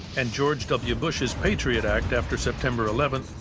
and george w. bush's patriot act after september eleven,